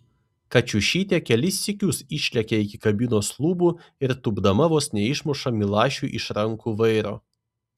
kačiušytė kelis sykius išlekia iki kabinos lubų ir tūpdama vos neišmuša milašiui iš rankų vairo